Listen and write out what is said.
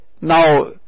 now